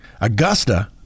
Augusta